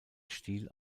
stil